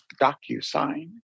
DocuSign